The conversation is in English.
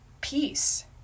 peace